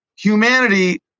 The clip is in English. humanity